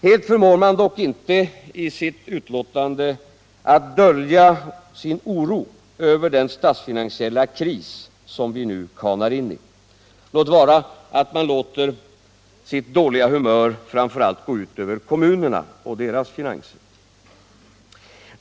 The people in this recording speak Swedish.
Helt förmår man dock inte i sitt betänkande dölja sin oro över den statsfinansiella kris vi nu kanar in i, låt vara att man låter sitt dåliga humör framför allt gå ut över kommunerna och deras finanser.